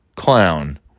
clown